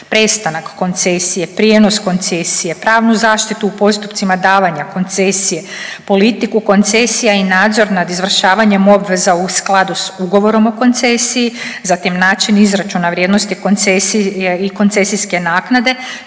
prestanak koncesije, prijenos koncesije, pravnu zaštitu u postupcima davanja koncesije, politiku koncesija i nadzor nad izvršavanjem obveza u skladu sa ugovorom o koncesiji, zatim način izračuna vrijednosti koncesije i koncesijske naknade